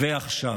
ועכשיו.